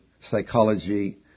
psychology